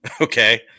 Okay